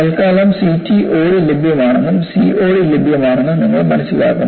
തൽക്കാലം CTOD ലഭ്യമാണെന്നും COD ലഭ്യമാണെന്നും നിങ്ങൾ മനസ്സിലാക്കുന്നു